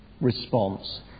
response